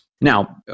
Now